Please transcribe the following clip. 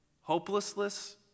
Hopelessness